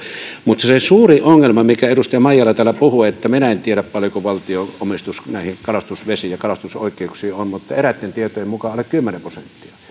mutta se se suurin ongelma on se mistä edustaja maijala täällä puhui minä en tiedä paljonko valtion omistus näihin kalastusvesiin ja kalastusoikeuksiin on mutta eräitten tietojen mukaan alle kymmenen